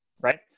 right